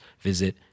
visit